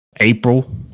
April